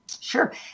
Sure